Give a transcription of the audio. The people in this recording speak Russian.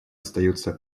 остаются